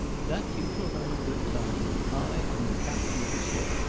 that you shall know in good time. i am the captain of the ship.